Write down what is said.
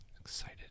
Excited